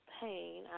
pain